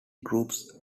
groups